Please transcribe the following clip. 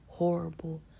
horrible